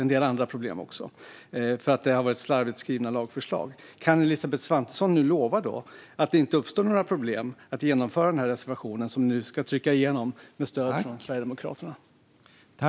Det finns också en del andra problem, för det har varit slarvigt skrivna lagförslag. Kan Elisabeth Svantesson nu lova att det inte uppstår några problem med att genomföra den reservation som ni nu ska trycka igenom med stöd från Sverigedemokraterna?